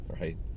right